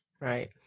right